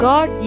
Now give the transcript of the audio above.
God